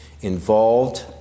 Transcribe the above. Involved